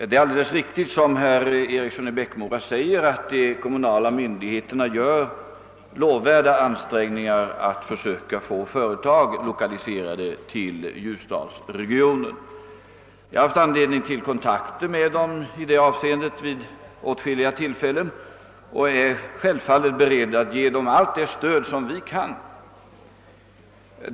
Herr talman! Herr Eriksson i Bäckmora har alldeles rätt i att de kommunala myndigheterna gör lovvärda ansträngningar att försöka få företag lokaliserade till ljusdalsregionen. Jag har haft anledning till kontakter med dem i detta avseende vid åtskilliga tillfällen och är självfallet beredd att ge dem allt det stöd jag kan.